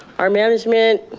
our management,